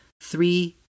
Three